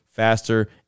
faster